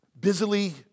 busily